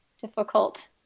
difficult